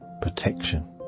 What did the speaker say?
protection